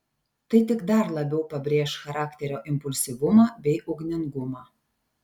tai tik dar labiau pabrėš charakterio impulsyvumą bei ugningumą